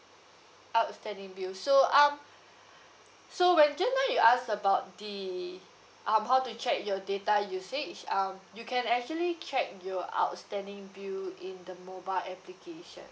outstanding bill so um so when just now you ask about the um how to check your data usage um you can actually check your outstanding bill in the mobile application